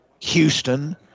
Houston